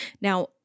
Now